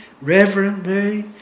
reverently